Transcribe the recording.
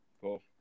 Cool